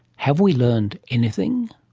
have we learned anything?